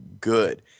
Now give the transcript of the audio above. good